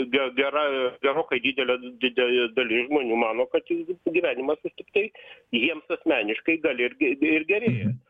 ge gera gerokai didelė dide dalis žmonių mano kad jų gyvenimas tik tai jiems asmeniškai gali irgi ir gerėja